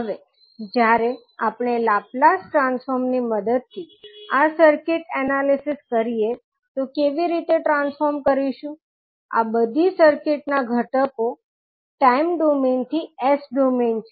હવે જ્યારે આપણે લાપ્લાસ ટ્રાન્સફોર્મ ની મદદથી આ સર્કિટ એનાલિસિસ કરીએ તો કેવી રીતે ટ્રાન્સફોર્મ કરીશું આ બધી સર્કિટના ઘટકો એલિમેન્ટસ ટાઇમ ડોમેઇન થી S ડોમેઇન છે